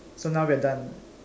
so now we're done